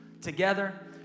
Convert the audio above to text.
together